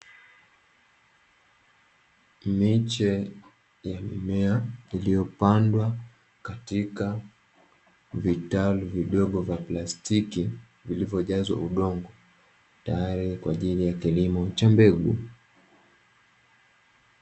Miche ya mimea iliyopandwa katika vitaru vidogo vya plastiki, vilivyojazwa udongo tayari kwa ajili ya kilimo cha mbegu.